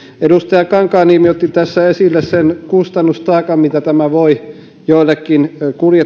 edustaja kankaanniemi otti tässä esille sen kustannustaakan mitä tämä voi joillekin